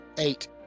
Eight